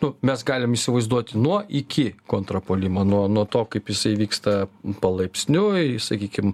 nu mes galim įsivaizduoti nuo iki kontrapuolimą nuo nuo to kaip jisai vyksta palaipsniui sakykim